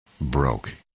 broke